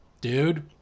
Dude